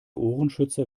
ohrenschützer